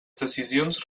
decisions